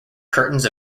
curtains